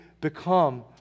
become